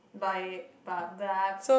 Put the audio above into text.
by b~ blah